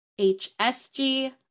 HSG